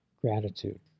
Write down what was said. Gratitude